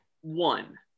One